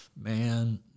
Man